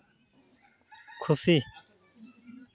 ᱠᱷᱩᱥᱤ